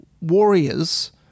warriors